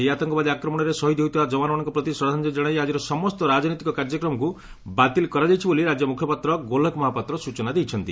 ଏହି ଆତଙ୍ବାଦୀ ଆକ୍ରମଣରେ ସହିଦ୍ ହୋଇଥିବା ଯବାନମାନଙ୍କ ପ୍ରତି ଶ୍ରଦ୍ଧାଞ୍ଚଳୀ ଜଶାଇ ଆଜିର ସମସ୍ତ ରାକନୈତିକ କାର୍ଯ୍ୟକ୍ରମକୁ ବାତିଲ କରାଯାଇଛି ବୋଲି ରାକ୍ୟ ମୁଖପାତ୍ର ଗୋଲଖ ମହାପାତ୍ର ସ୍ଟଚନା ଦେଇଛନ୍ତି